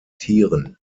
tieren